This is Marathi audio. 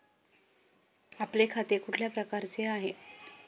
आपले खाते कुठल्या प्रकारचे आहे?